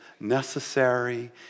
necessary